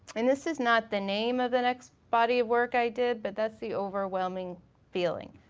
and this is not the name of the next body of work i did but that's the overwhelming feeling.